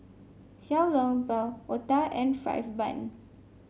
Xiao Long Bao otah and fried bun